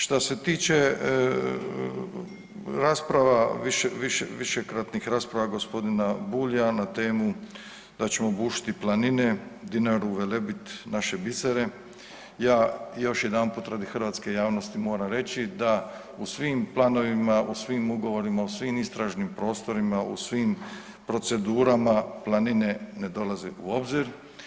Što se tiče rasprava, višekratnih rasprava g. Bulja na temu da ćemo bušiti planine, Dinaru, Velebit, naše bisere, ja još jedanput radi hrvatske javnosti moram reći da u svim planovima, u svim ugovorima, u svim istražnim prostorima, u svim procedurama planine ne dolaze u obzir.